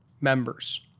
members